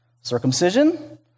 Circumcision